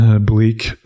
Bleak